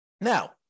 Now